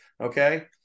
Okay